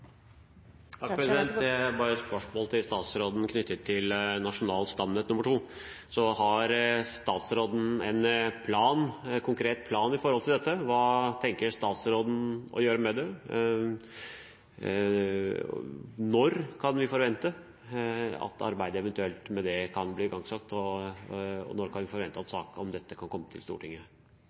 bare et spørsmål til statsråden knyttet til nasjonalt stamnett nummer to. Har statsråden en konkret plan med hensyn til dette? Hva tenker statsråden å gjøre med det? Når kan vi eventuelt forvente at arbeidet med det kan bli igangsatt, og når kan vi forvente at en sak om dette kan komme til Stortinget?